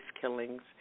killings